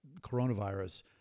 coronavirus